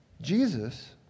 Jesus